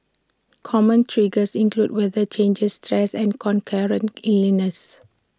common triggers include weather changes stress and concurrent illnesses